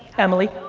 emily.